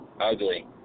ugly